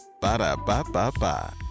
Ba-da-ba-ba-ba